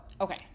okay